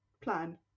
plan